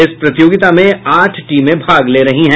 इस प्रतियोगिता में आठ टीमें भाग ले रही हैं